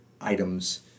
items